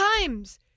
times